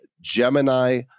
Gemini